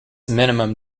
minimum